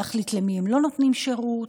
להחליט למי הם לא נותנים שירות.